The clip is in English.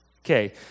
Okay